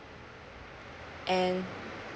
and